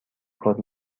کار